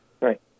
Right